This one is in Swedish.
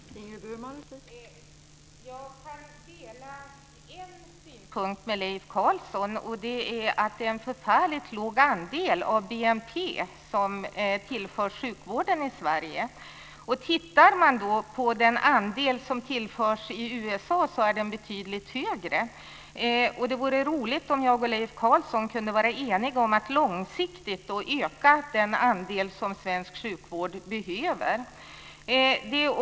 Fru talman! Jag kan dela en synpunkt med Leif Carlson, nämligen att det är en förfärligt låg andel av BNP som tillförs sjukvården i Sverige. Tittar man på den andel som tillförs i USA ser man att den är betydligt högre. Det vore roligt om jag och Leif Carlson kunde vara eniga om att långsiktigt öka den andel som svensk sjukvård behöver.